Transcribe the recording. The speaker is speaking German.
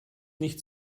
nicht